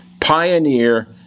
pioneer